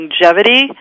longevity